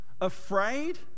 afraid